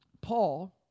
Paul